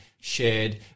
shared